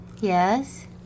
Yes